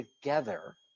together